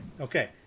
Okay